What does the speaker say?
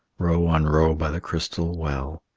row on row by the crystal well.